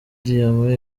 diyama